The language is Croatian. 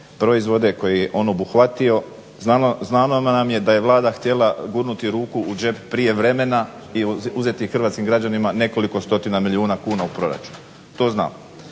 proizvode koje on obuhvatio. Znano nam je da je Vlada htjela gurnuti ruku u džep prije vremena i uzeti hrvatskim građanima nekoliko stotina milijuna kuna u proračunu, to znamo.